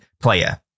player